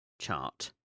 chart